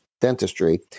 dentistry